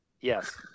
Yes